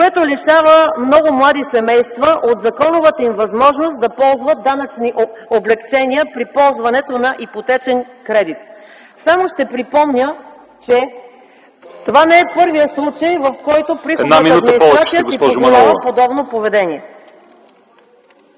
което лишава много млади семейства от законовата им възможност да ползват данъчни облекчения при ползването на ипотечен кредит? Само ще припомня, че това не е първият случай, в който приходната администрация си позволява подобно поведение.